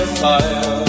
fire